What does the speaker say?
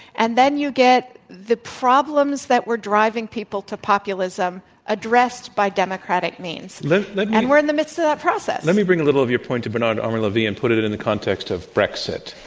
and then you get the problems that were driving people to populism addressed by democratic means. let me and we're in the midst of that process. let me bring a little of your point to bernard-henri levy and put it it in the context of brexit.